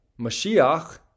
Mashiach